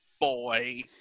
boy